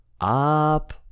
up